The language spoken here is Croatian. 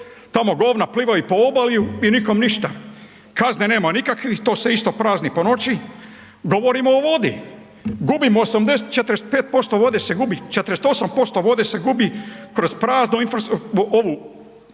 Tamo govna plivaju po obali i nikom ništa, kazne nema nikakvih, to se isto prazni po noći. Govorimo o vodi, gubimo 45% vode, 48% se gubi kroz zastarjelu infrastrukturu,